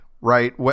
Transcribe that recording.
right